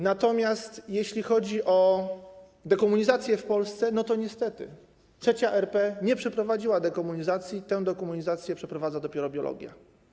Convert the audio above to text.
Natomiast jeśli chodzi o dekomunizację w Polsce, to niestety III RP nie przeprowadziła dekomunizacji, tę dekomunizację przeprowadza dopiero biologia.